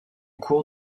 cours